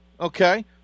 Okay